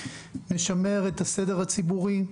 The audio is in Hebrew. נשמר את הסדר הציבורי,